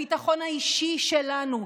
הביטחון האישי שלנו,